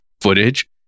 footage